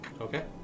Okay